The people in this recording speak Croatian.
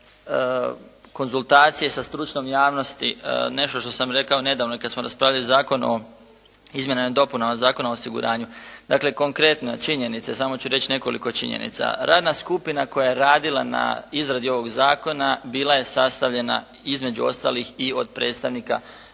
konzultacije sa stručnom javnosti. Nešto što sam rekao nedavno i kad smo raspravljali Zakon o izmjenama i dopunama Zakona o osiguranju. Dakle konkretno činjenice, samo ću reći nekoliko činjenica. Radna skupina koja je radila na izradi ovog zakona bila je sastavljena između ostalih i od predstavnika mi